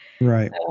Right